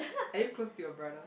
are you close to your brother